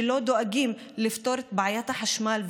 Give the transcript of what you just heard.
לא דואגים לפתור את בעיית החשמל,